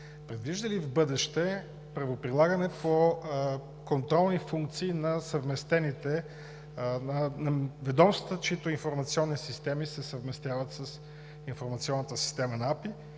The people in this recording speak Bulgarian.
предвижда ли и в бъдеще правоприлагане по контролни функции на ведомствата, чиито информационни системи се съвместяват с информационната система на АПИ,